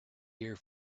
here